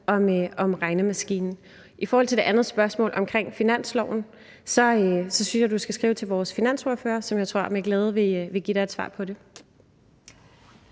om regnemaskinen. I forhold til det andet spørgsmål om finansloven synes jeg, du skal skrive til vores finansordfører, som jeg tror med glæde vil give dig et svar på det.